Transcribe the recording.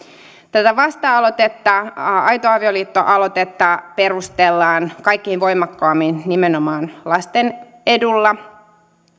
tätä vasta aloitetta aito avioliitto aloitetta perustellaan kaikkein voimakkaimmin nimenomaan lasten edulla